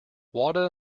wada